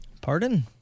Pardon